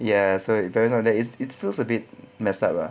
yes so it feels a bit messed up ah